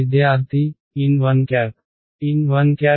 విద్యార్థి n1